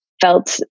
felt